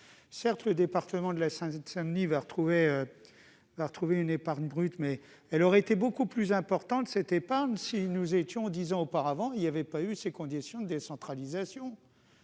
Certes, le département de Seine-Saint-Denis retrouvera une épargne brute. Mais elle aurait été beaucoup plus importante si nous étions dix ans plus tôt et s'il n'y avait pas eu ces conditions de décentralisation.